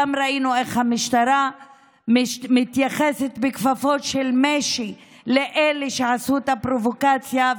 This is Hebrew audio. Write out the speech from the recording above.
ראינו גם איך המשטרה מתייחסת בכפפות של משי לאלו שעשו את הפרובוקציה,